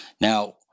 Now